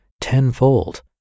tenfold